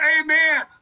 amen